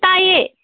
ꯇꯥꯏꯌꯦ